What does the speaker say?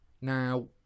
Now